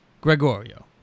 Gregorio